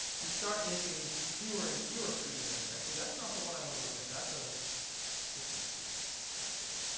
you start making fewer and fewer per unit and actually, that's not the one i want to look at. that's a different species. let's see.